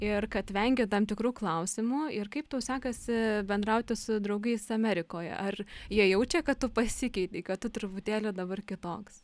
ir kad vengi tam tikrų klausimų ir kaip tau sekasi bendrauti su draugais amerikoj ar jie jaučia kad tu pasikeitei kad tu truputėlį dabar kitoks